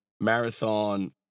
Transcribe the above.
Marathon